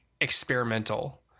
experimental